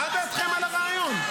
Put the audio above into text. מה דעתכם על הרעיון?